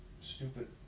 stupid